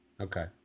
Okay